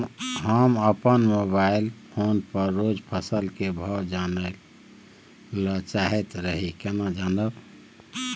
हम अपन mobile phone पर रोज फसल के भाव जानय ल चाहैत रही केना जानब?